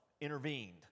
intervened